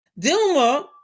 Dilma